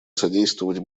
содействовать